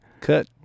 Cut